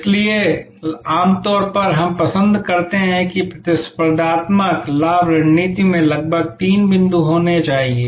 इसलिए आमतौर पर हम पसंद करते हैं कि एक प्रतिस्पर्धात्मक लाभ रणनीति में लगभग तीन बिंदु होने चाहिए